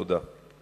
תודה.